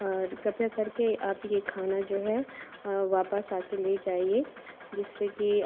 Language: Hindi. और कृपया करके आप ये खाना जो है वापस आके ले जाइए जिससे कि